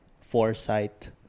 foresight